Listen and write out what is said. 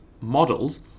Models